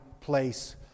place